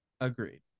agreed